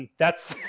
that's,